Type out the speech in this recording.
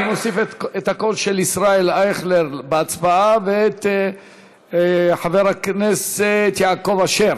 אני מוסיף את הקולות של ישראל אייכלר ושל חבר הכנסת יעקב אשר.